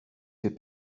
fait